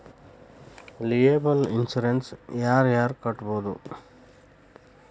liable insurance ಯಾರ್ ಯಾರ್ ಕಟ್ಬೊದು